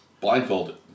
Blindfolded